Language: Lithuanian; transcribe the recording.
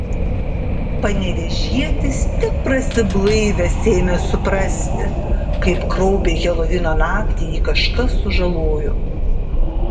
panevėžietis tik prasiblaivęs ėmė suprasti kaip kraupiai helovino naktį jį kažkas sužalojo